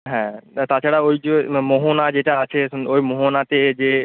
হ্যাঁ তা তাছাড়াও ওই যে মোহনা যেটা আছে এখন ওই মোহনাতে যেয়ে